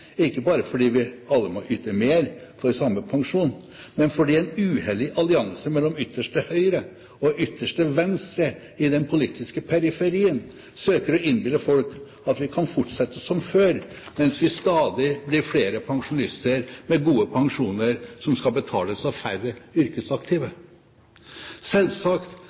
ikke bare fordi vi alle må yte mer for samme pensjon, men også fordi en uheldig allianse mellom ytterste høyre og ytterste venstre i den politiske periferien søker å innbille folk at vi kan fortsette som før, mens vi stadig blir flere pensjonister med gode pensjoner, som skal betales av færre yrkesaktive. Selvsagt